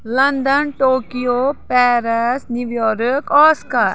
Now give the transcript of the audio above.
London Tokyo Paris New York آسکا